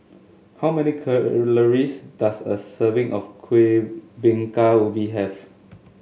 how many calories does a serving of Kuih Bingka Ubi have